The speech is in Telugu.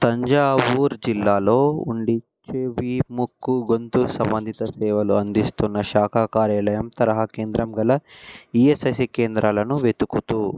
తంజావూర్ జిల్లాలో ఉండి చెవి ముక్కు గొంతు సంబంధిత సేవలు అందిస్తున్న శాఖా కార్యాలయం తరహా కేంద్రం గల ఈఎస్ఐసి కేంద్రాలను వెతుకుతూ